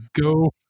go